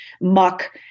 muck